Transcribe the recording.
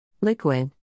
Liquid